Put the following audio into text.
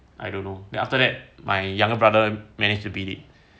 I don't know then after that my younger brother managed to bid it